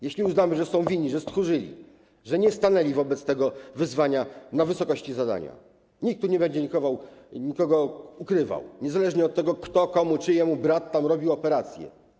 Jeśli uznamy, że są winni, że stchórzyli, że nie stanęli wobec tego wyzwania na wysokości zadania, nikt tu nie będzie nikogo ukrywał niezależnie od tego, kto, komu, czyj brat tam robił operację.